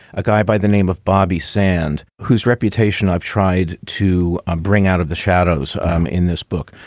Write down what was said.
a guy by the name of bobby sand, whose reputation i've tried to bring out of the shadows um in this book.